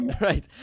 right